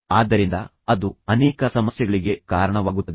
ಆದ್ದರಿಂದ ಅದು ಅನೇಕ ಸಮಸ್ಯೆಗಳಿಗೆ ಕಾರಣವಾಗುತ್ತದೆ